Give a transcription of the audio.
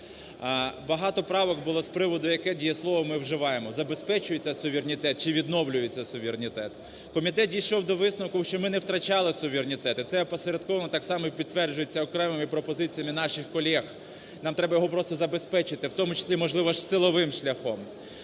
Багато правок було з приводу, яке дієслово ми вживаємо: "забезпечується суверенітет" чи "відновлюється суверенітет". Комітет дійшов до висновку, що ми не втрачали суверенітет, це опосередковано так само і підтверджується окремими пропозиціями наших колег. Нам треба його просто забезпечити, в тому числі, можливо, силовим шляхом.